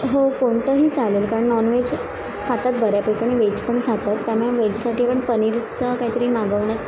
हो कोणतंही चालेल कारण नॉनवेज खातात बऱ्यापैकी आणि वेज पण खातात त्यामुळे वेजसाठी पण पनीरचा कायतरी मागवण्यात